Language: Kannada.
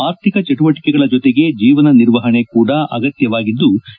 ಆರ್ಥಿಕ ಚಟುವಟಿಕೆಗಳ ಜೊತೆಗೆ ಜೀವನ ನಿರ್ವಹಣೆ ಕೂಡ ಅಗತ್ಯವಾಗಿದ್ಲು